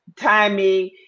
timing